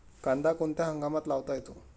कांदा कोणत्या हंगामात लावता येतो?